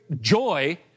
joy